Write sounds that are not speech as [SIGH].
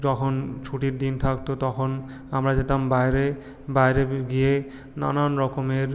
যখন ছুটির দিন থাকত তখন আমরা যেতাম বাইরে বাইরে [UNINTELLIGIBLE] গিয়ে নানান রকমের